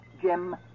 Jim